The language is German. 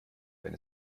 wenn